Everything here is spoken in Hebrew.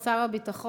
כבוד שר הביטחון,